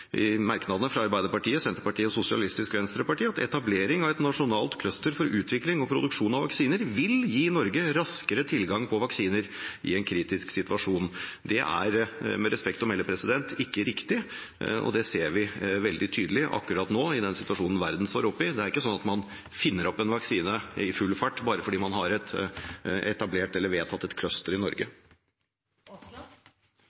merknadene fra Arbeiderpartiet, Senterpartiet og Sosialistisk Venstreparti at «[e]tablering av et nasjonalt cluster for utvikling og produksjon av vaksiner vil gi Norge raskere tilgang på vaksiner i en kritisk situasjon». Det er med respekt å melde ikke riktig, og det ser vi veldig tydelig akkurat nå, i den situasjonen verden står oppe i. Det er ikke slik at man finner opp en vaksine i full fart bare fordi man har etablert eller vedtatt et cluster i Norge.